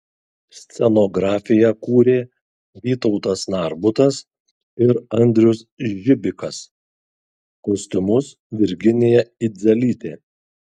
scenografiją kūrė vytautas narbutas ir andrius žibikas kostiumus virginija idzelytė